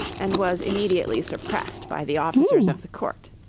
and was immediately suppressed by the officers of the court.